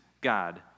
God